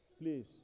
Please